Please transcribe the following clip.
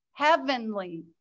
Heavenly